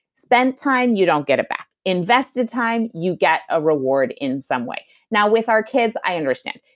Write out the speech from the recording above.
spent time, you don't get it back invested time, you get a reward in some way now, with our kids, i understand.